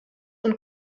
und